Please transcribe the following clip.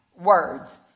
Words